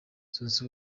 zunze